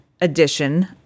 edition